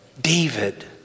David